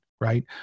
Right